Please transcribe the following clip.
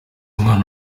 umwana